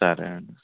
సరే అండి